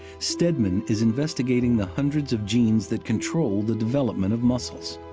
stedman is investigating the hundreds of genes that control the development of muscles.